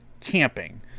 camping